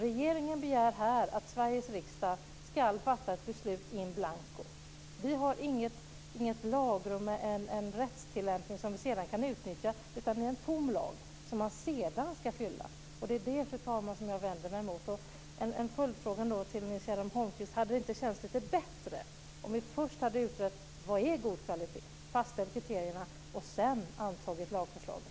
Regeringen begär här att Sveriges riksdag ska fatta ett beslut in blanco. Vi har inget lagrum och en rättstillämpning som vi sedan kan utnyttja, utan det är en tom lag som man sedan ska fylla. Det är vad jag vänder mig emot, fru talman. Min följdfråga till Nils-Göran Holmqvist är: Hade det inte känts lite bättre om vi först hade utrett vad som är god kvalitet, fastställt kriterierna och sedan antagit lagförslaget?